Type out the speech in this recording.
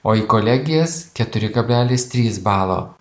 o į kolegijas keturi kablelis trys balo